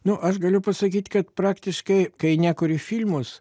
nu aš galiu pasakyt kad praktiškai kai nekuriu filmus